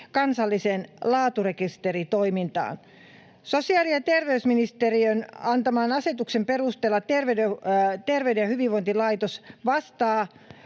kansalliseen laaturekisteritoimintaan. Sosiaali- ja terveysministeriön antaman asetuksen perusteella Terveyden ja hyvinvoinnin laitos vastaa